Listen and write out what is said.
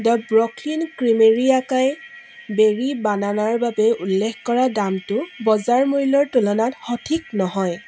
the Brooklyn Creamery acai berry বানানাৰ বাবে উল্লেখ কৰা দামটো বজাৰ মূল্যৰ তুলনাত সঠিক নহয়